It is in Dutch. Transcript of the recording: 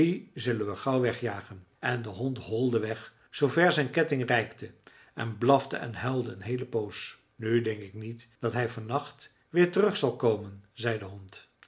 zullen we wel gauw wegjagen en de hond holde weg zoover zijn ketting reikte en blafte en huilde een heele poos nu denk ik niet dat hij van nacht weer terug zal komen zei de hond